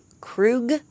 Krug